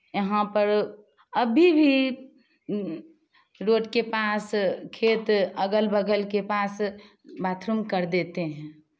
यहाँ पर अभी भी रोड के पास खेत अगल बगल के पास बाथरूम कर देते हैं